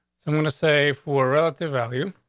someone to say, for relative value,